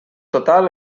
total